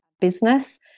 business